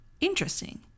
interesting